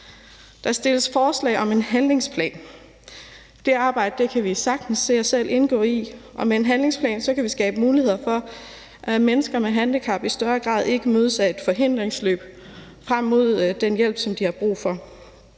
Der stilles forslag om en handlingsplan. Det arbejde kan vi sagtens se os selv indgå i, og med en handlingsplan kan vi skabe muligheder for, at mennesker med handicap i større grad ikke mødes af et forhindringsløb frem mod den hjælp, som de har brug for.